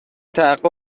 تحقق